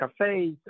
cafes